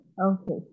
Okay